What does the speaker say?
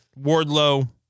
Wardlow